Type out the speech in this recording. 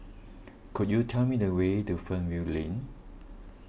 could you tell me the way to Fernvale Lane